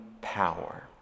power